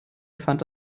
erfand